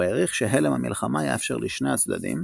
הוא העריך שהלם המלחמה יאפשר לשני הצדדים,